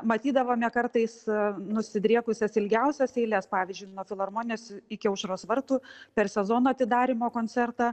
matydavome kartais nusidriekusias ilgiausias eiles pavyzdžiui nuo filharmonijos iki aušros vartų per sezono atidarymo koncertą